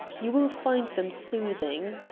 you will find them soothing.